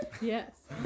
Yes